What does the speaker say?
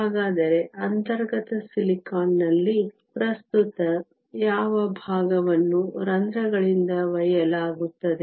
ಹಾಗಾದರೆ ಅಂತರ್ಗತ ಸಿಲಿಕಾನ್ನಲ್ಲಿ ಪ್ರಸ್ತುತ ಯಾವ ಭಾಗವನ್ನು ರಂಧ್ರಗಳಿಂದ ಒಯ್ಯಲಾಗುತ್ತದೆ